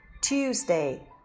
Tuesday